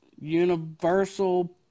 Universal